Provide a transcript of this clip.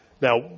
Now